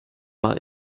mal